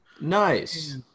nice